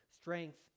strength